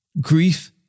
Grief